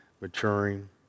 maturing